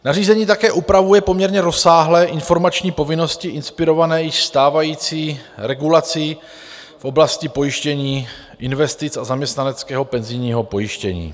Nařízení také upravuje poměrně rozsáhle informační povinnosti inspirované již stávající regulací v oblasti pojištění investic a zaměstnaneckého penzijního pojištění.